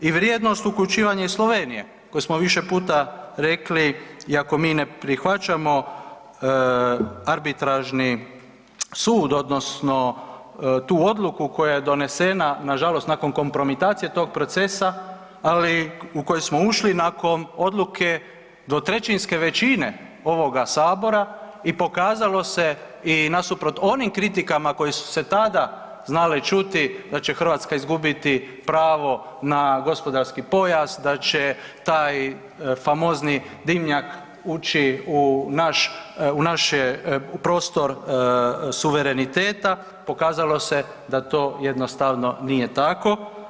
I vrijednost uključivanja i Slovenije koju smo više puta rekli iako mi ne prihvaćamo arbitražni sud odnosno tu odluku koja je donesena nažalost nakon kompromitacije tog procesa, ali u koji smo ušli nakon odluke dvotrećinske većine ovoga Sabora i pokazalo se i nasuprot onim kritikama koje su se tada znale čuti da će Hrvatska izgubiti pravo na gospodarski pojas, da će taj famozni dimnjak ući u naš prostor suvereniteta, pokazalo se da to jednostavno nije tako.